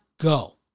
Go